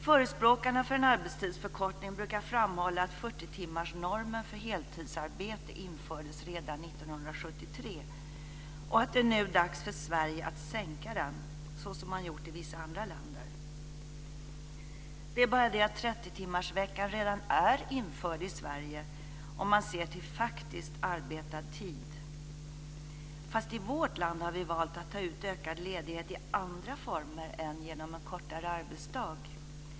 Förespråkarna för en arbetstidsförkortning brukar framhålla att 40-timmarsnormen för heltidsarbete infördes redan 1973 och att det nu är dags för Sverige att sänka den, såsom man har gjort i vissa andra länder. Det är bara det att 30-timmarsveckan redan är införd i Sverige om man ser till faktiskt arbetad tid, fast i vårt land har vi valt att ta ut ökad ledighet i andra former än genom kortare arbetsdag.